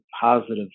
positive